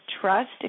trust